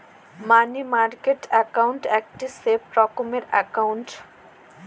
মানি market account একটি safe রকমের account